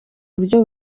buryo